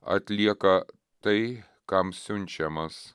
atlieka tai kam siunčiamas